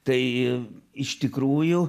tai iš tikrųjų